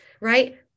right